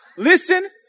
Listen